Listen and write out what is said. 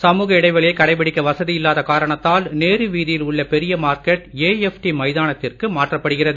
சமூக இடைவெளியை கடைபிடிக்க வசதி இல்லாத காரணத்தால் நேரு வீதியில் உள்ள பெரிய மார்க்கெட் ஏஎப்டி மைதானத்திற்கு மாற்றப்படுகிறது